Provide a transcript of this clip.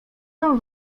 tam